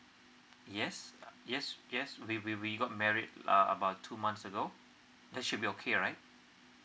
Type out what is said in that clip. yes yes yes we we we got married uh about two months ago that should be okay right